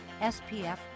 SPF